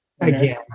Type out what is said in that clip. again